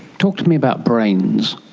talk to me about brains.